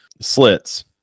slits